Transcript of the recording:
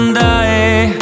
die